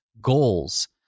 goals